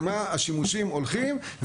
למה השימושים הולכים,